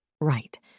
Right